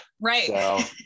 right